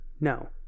no